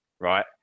right